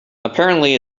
apparently